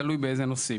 תלוי באיזה נושאים.